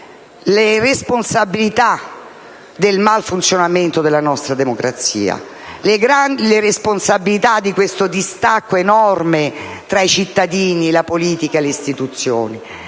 la responsabilità del malfunzionamento della nostra democrazia, del distacco enorme tra i cittadini, la politica e le istituzioni: